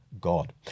God